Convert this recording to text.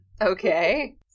Okay